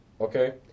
Okay